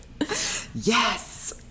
yes